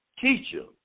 teacher